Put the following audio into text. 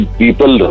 people